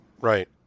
Right